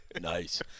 Nice